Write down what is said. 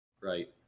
right